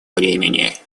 времени